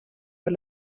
per